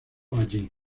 allí